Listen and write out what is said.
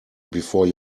before